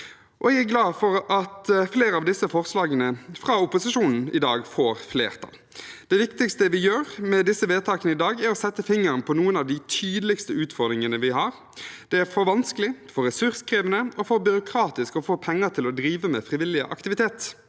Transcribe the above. Jeg er glad for at flere av disse forslagene fra opposisjonen i dag får flertall. Det viktigste vi gjør med disse vedtakene i dag, er å sette fingeren på noen av de tydeligste utfordringene vi har. Det er for vanskelig, for ressurskrevende og for byråkratisk å få penger til å drive med frivillig aktivitet.